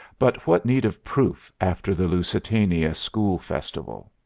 but what need of proof after the lusitania school festival?